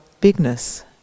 bigness